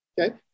Okay